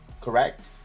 Correct